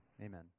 Amen